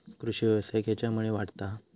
कृषीव्यवसाय खेच्यामुळे वाढता हा?